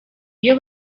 iyo